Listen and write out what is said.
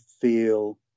feel